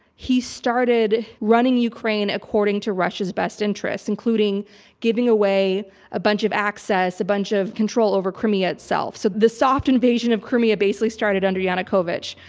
he started running ukraine according to russia's best interests, including giving away a bunch of access, a bunch of control, over crimea itself. so, the soft invasion of crimea basically started under yanukovych.